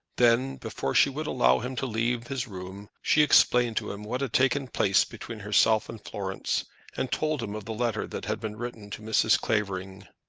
then, before she would allow him to leave his room, she explained to him what had taken place between herself and florence, and told him of the letter that had been written to mrs. clavering.